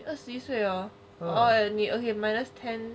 二十一岁 hor okay 你 err minus ten